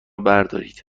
بردارید